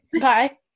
Bye